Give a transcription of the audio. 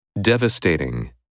Devastating